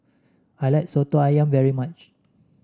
I like soto ayam very much